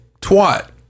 twat